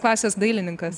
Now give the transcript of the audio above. klasės dailininkas